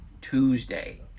Tuesday